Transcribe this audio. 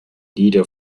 lieder